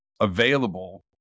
available